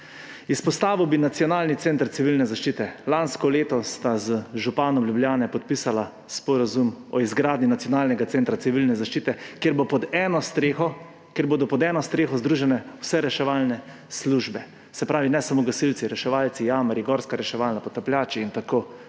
Izpostavil bi nacionalni center civilne zaščite. Lansko leto sta z županom Ljubljane podpisala sporazum o izgradnji nacionalnega centra civilne zaščite, kjer bodo pod eno streho združene vse reševalne službe. Se pravi ne samo gasilci, reševalci, jamarji, gorska reševalna, potapljači in tako